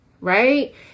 right